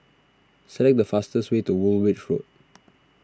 select the fastest way to Woolwich Road